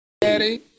Daddy